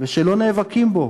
ואני רוצה להזכיר יותר מזה,